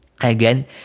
Again